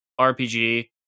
RPG